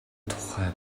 тухай